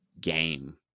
game